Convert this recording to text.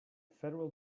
federal